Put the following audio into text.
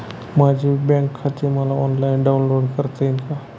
माझे बँक खाते मला ऑनलाईन डाउनलोड करता येईल का?